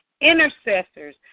intercessors